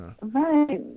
Right